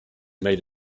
made